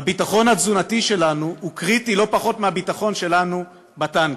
הביטחון התזונתי שלנו הוא קריטי לא פחות מהביטחון שלנו בטנקים.